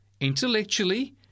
intellectually